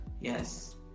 Yes